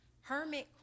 Hermit